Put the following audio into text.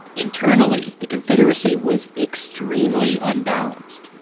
internally, the confederacy was extremely unbalanced.